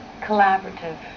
collaborative